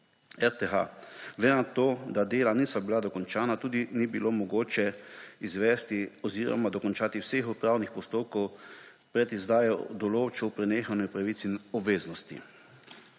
RTH. Glede na to, da dela niso bila dokončana, tudi ni bilo mogoče izvesti oziroma dokončati vseh upravnih postopkov pred izdajo določb o prenehanju pravic in obveznosti.